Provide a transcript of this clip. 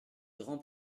grands